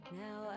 now